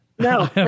No